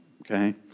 okay